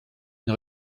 une